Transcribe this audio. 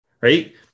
right